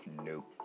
Nope